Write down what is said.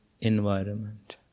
environment